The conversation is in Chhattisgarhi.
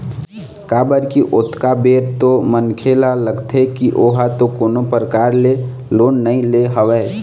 काबर की ओतका बेर तो मनखे ल लगथे की ओहा तो कोनो परकार ले लोन नइ ले हवय